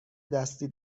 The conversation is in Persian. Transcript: دستی